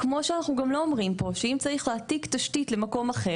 כמו שאנחנו לא אומרים פה שאם צריך להעתיק תשתית למקום אחר,